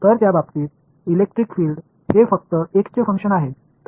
तर त्या बाबतीत इलेक्ट्रिक फील्ड हे फक्त एक्स चे फंक्शन आहे